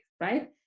right